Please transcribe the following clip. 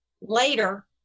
Later